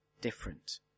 different